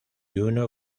uno